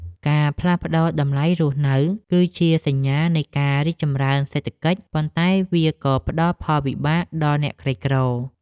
ការផ្លាស់ប្ដូរតម្លៃរស់នៅ គឺជាសញ្ញានៃការរីកចម្រើនសេដ្ឋកិច្ច ប៉ុន្តែវាក៏ផ្ដល់ផលវិបាកដល់អ្នកក្រីក្រ។